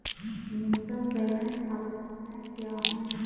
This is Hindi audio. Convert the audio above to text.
न्यूनतम बैलेंस आवश्यकताएं क्या हैं?